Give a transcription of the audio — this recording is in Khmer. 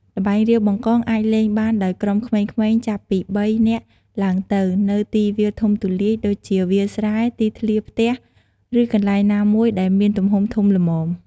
ល្បែងរាវបង្កង អាចលេងបានដោយក្រុម ក្មេងៗចាប់ពី ៣ នាក់ឡើងទៅ នៅទីវាលធំទូលាយ ដូចជាវាលស្រែ ទីធ្លាផ្ទះ ឬកន្លែងណាមួយដែលមានទំហំធំល្មម។